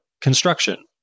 construction